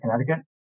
Connecticut